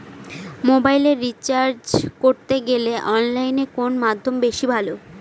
মোবাইলের রিচার্জ করতে গেলে অনলাইনে কোন মাধ্যম বেশি ভালো?